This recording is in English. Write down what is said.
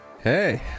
hey